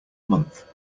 month